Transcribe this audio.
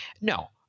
no